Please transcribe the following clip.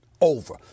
Over